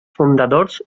fundadors